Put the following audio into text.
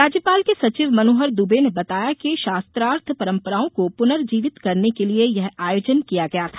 राज्यपाल के सचिव मनोहर द्बे ने बताया कि शास्त्रार्थ परंपराओं को प्नर्जीवित करने के लिए यह आयोजन किया गया था